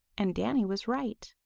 and danny was right.